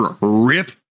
rip